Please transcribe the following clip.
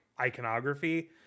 iconography